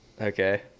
okay